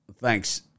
Thanks